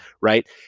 Right